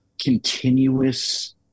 continuous